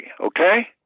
okay